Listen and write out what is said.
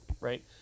right